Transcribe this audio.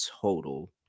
total